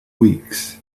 weeks